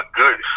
good